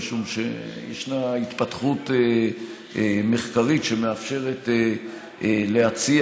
משום שישנה התפתחות מחקרית שמאפשרת להציע